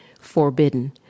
forbidden